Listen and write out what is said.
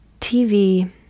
TV